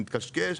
נתקשקש,